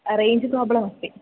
range problem अस्ति